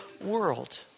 world